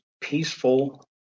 peaceful